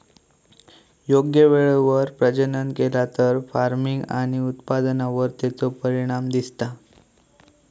योग्य वेळेवर प्रजनन केला तर फार्मिग आणि उत्पादनावर तेचो परिणाम दिसता